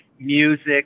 music